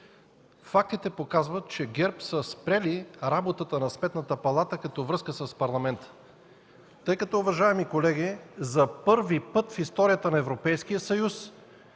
Фактите показват, че ГЕРБ са спрели работата на Сметната палата като връзка с Парламента, тъй като, уважаеми колеги, за първи път в историята на Европейския съюз